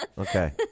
Okay